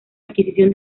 adquisición